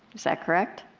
is that correct?